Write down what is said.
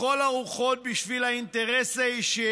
לכל הרוחות, על האינטרס הציבורי,